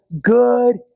good